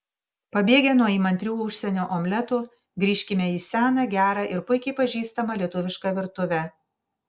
pabėgę nuo įmantrių užsienio omletų grįžkime į seną gerą ir puikiai pažįstamą lietuvišką virtuvę